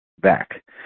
back